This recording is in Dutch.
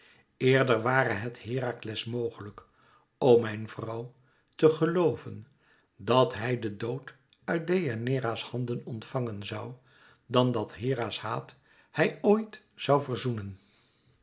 eerder ware het herakles mogelijk o mijn vrouw te gelooven dat hij den dood uit deianeira's handen ontvangen zoû dan dat hera's haat hij ooit zoû verzoenen